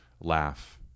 laugh